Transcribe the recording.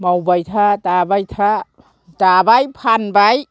मावबाय था दाबाय था दाबाय फानबाय